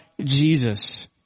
Jesus